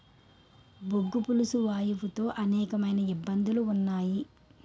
బొగ్గు పులుసు వాయువు తో అనేకమైన ఇబ్బందులు ఉన్నాయి